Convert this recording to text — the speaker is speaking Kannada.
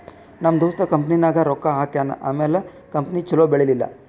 ನಮ್ ದೋಸ್ತ ಕಂಪನಿನಾಗ್ ರೊಕ್ಕಾ ಹಾಕ್ಯಾನ್ ಆಮ್ಯಾಲ ಕಂಪನಿ ಛಲೋ ಬೆಳೀಲಿಲ್ಲ